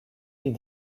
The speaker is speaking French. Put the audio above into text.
est